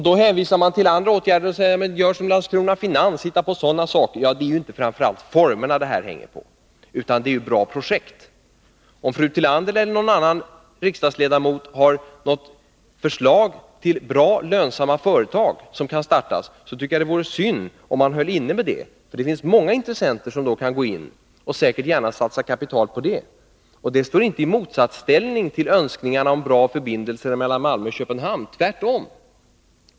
Då hänvisar man till andra åtgärder och säger: Hitta på sådana saker som Landskronafinans! Men det är ju inte framför allt former det här hänger på — detta är ju bra projekt! Om fru Tillander eller någon annan riksdagsledamot har något förslag till bra, lönsamma företag som kan startas, tycker jag det vore synd om de höll inne med det — det finns många intressenter som i så fall kan gå in och säkert gärna satsar kapital på det. Det står inte i motsättning till önskningarna om bra förbindelser mellan Malmö och Köpenhamn — tvärtom!